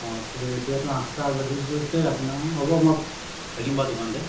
অঁ ঠিক আছে এতিয়াতো আঠটা বাজি গৈছে আপোনাৰ হ'ব মই থাকিম বাৰু দোকানতে